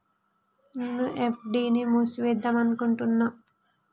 నేను నా ఎఫ్.డి ని మూసివేద్దాంనుకుంటున్న